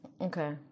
Okay